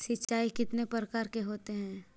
सिंचाई कितने प्रकार के होते हैं?